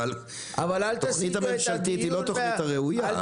אבל התוכנית הממשלתית היא לא התוכנית הראויה.